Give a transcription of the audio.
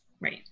Right